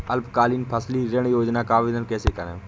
अल्पकालीन फसली ऋण योजना का आवेदन कैसे करें?